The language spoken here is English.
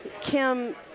Kim